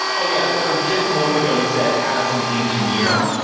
oh, yeah. so just a moment ago you said as an engineer.